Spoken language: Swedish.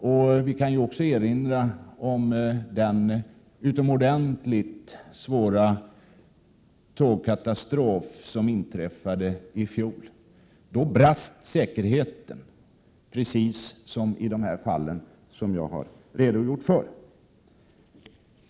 Jag kan också erinra om den utomordentligt svåra tågkatastrof som inträffade i fjol. Då brast säkerheten, precis som i de fall som jag har redogjort för.